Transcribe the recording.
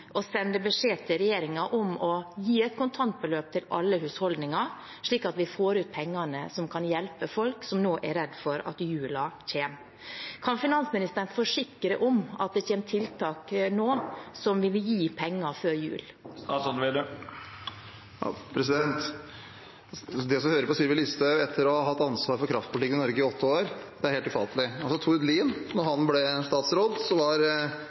å sende beskjed til regjeringen om å gi et kontantbeløp til alle husholdninger slik at vi får ut pengene som kan hjelpe folk som nå er redd for at jula kommer. Kan finansministeren forsikre om at det kommer tiltak nå som vil gi penger før jul? Å høre på Sylvi Listhaug, etter å ha hatt ansvaret for kraftpolitikken i Norge i åtte år, er helt ufattelig. Da Tord Lien ble statsråd, var Fremskrittspartiets første uttalelse: Tord Lien vil ha dyrere strøm. Det var